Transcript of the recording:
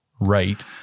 right